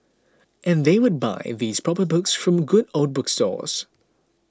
and they would buy these proper books from good old bookstores